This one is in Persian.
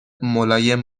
ملایم